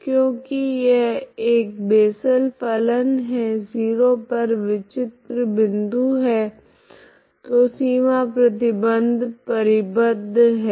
तो क्योकि यह एक बेसल फलन है 0 पर विचित्र बिन्दु है तो सीमा प्रतिबंध परिबद्ध है